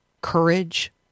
courage